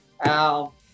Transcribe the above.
Al